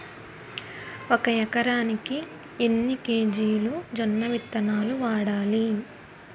ఒక ఎకరానికి ఎన్ని కేజీలు జొన్నవిత్తనాలు వాడాలి?